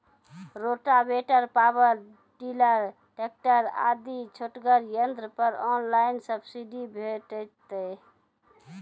Rotavator, power tiller, tractor आदि छोटगर यंत्र पर ऑनलाइन सब्सिडी भेटैत छै?